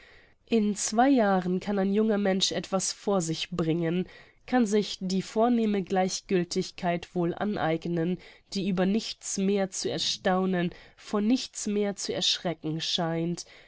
in zwei jahren kann ein junger mensch etwas vor sich bringen kann sich die vornehme gleichgiltigkeit wohl aneignen die über nichts mehr zu erstaunen vor nichts mehr zu erschrecken scheint